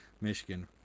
michigan